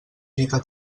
gita